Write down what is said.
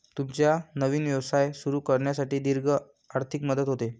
तुमचा नवीन व्यवसाय सुरू करण्यासाठी दीर्घ आर्थिक मदत होते